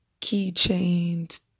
keychains